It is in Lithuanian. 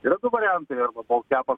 yra du variantai arba bolt kepas